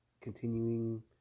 continuing